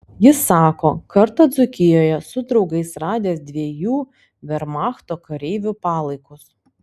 jis sako kartą dzūkijoje su draugais radęs dviejų vermachto kareivių palaikus